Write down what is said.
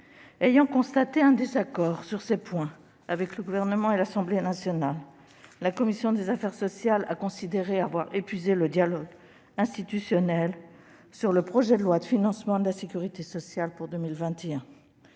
Ayant constaté un désaccord sur tous ces points avec le Gouvernement et l'Assemblée nationale, la commission des affaires sociales a considéré avoir épuisé le dialogue institutionnel sur le projet de loi de financement de la sécurité sociale pour 2021.